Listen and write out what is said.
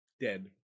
Dead